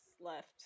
left